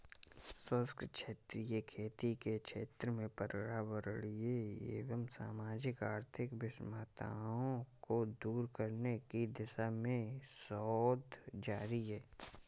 शुष्क क्षेत्रीय खेती के क्षेत्र में पर्यावरणीय एवं सामाजिक आर्थिक विषमताओं को दूर करने की दिशा में शोध जारी है